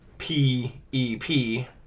P-E-P